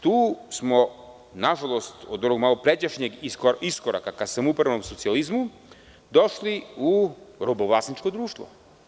Tu smo od malopređašnjeg iskoraka ka samoupravnom socijalizmu došli u robovlasničko društvo.